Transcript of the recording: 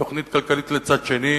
תוכנית כלכלית מצד שני,